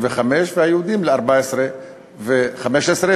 והיהודים ל-14% ו-15%,